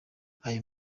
ayo